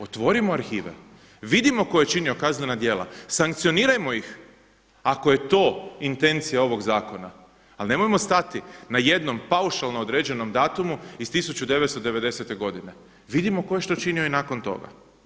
Otvorimo arhive, vidimo tko je činio kaznena djela, sankcionirajmo ih ako je to intencija ovog zakona, ali nemojmo stati na jednom paušalno određenom datumu iz 1990. godine, vidimo tko je što činio i nakon toga.